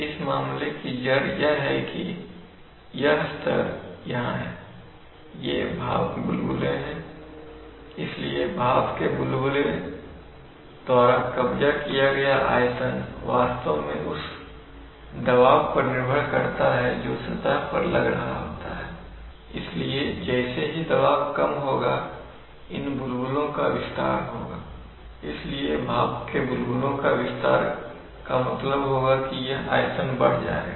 इस मामले की जड़ यह है कि यह स्तर यहां हैये भाप के बुलबुले हैं इसलिए भाप के बुलबुले द्वारा कब्जा किया गया आयतन वास्तव में उस दबाव पर निर्भर करता है जो सतह पर लग रहा होता है इसलिए जैसे ही यह दबाव कम होगा इन बुलबुलों का विस्तार होगा इसलिए भाप के बुलबुलों के विस्तार का मतलब होगा कि यह आयतन बढ़ जाएगा